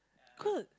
good